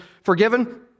forgiven